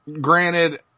Granted